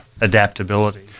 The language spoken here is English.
adaptability